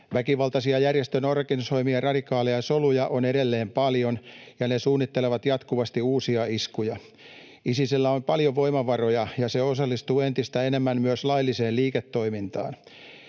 Väkivaltaisia järjestön organisoimia radikaaleja soluja on edelleen paljon, ja ne suunnittelevat jatkuvasti uusia iskuja. Isisillä on paljon voimavaroja, ja se osallistuu entistä enemmän myös lailliseen liiketoimintaan.